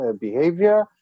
behavior